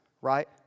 right